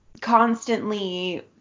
constantly